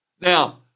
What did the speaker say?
Now